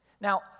Now